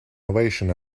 ovation